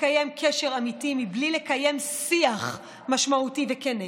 לקיים קשר אמיתי בלי לקיים שיח משמעותי וכן.